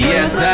Yes